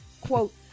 Quote